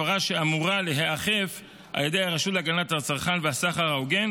הפרה שאמורה להיאכף על ידי הרשות להגנת הצרכן והסחר ההוגן